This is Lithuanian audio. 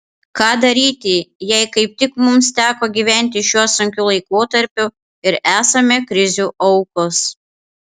ką daryti jei kaip tik mums teko gyventi šiuo sunkiu laikotarpiu ir esame krizių aukos